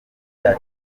bya